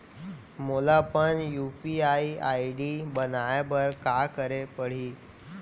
मोला अपन UPI ID बनाए बर का करे पड़ही?